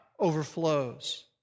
overflows